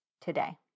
today